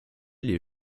les